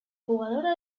jugadora